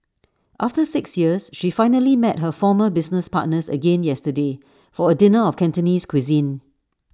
after six years she finally met her former business partners again yesterday for A dinner of Cantonese cuisine